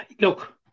look